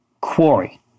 quarry